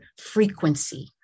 frequency